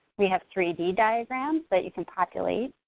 we have three d diagrams that you can populate,